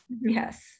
yes